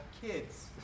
kids